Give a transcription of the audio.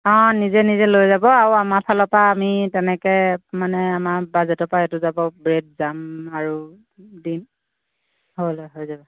অঁ নিজে নিজে লৈ যাব আও আমাৰ ফালৰ পৰা আমি তেনেকৈ মানে আমাৰ বাজেটৰ পৰা এইটো যাব ব্ৰেড জাম আৰু ডিম হ'লে হৈ যাব